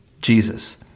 Jesus